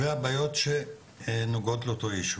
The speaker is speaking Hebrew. והבעיות שנוגעות לאותו יישוב.